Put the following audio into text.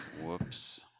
Whoops